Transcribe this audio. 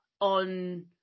on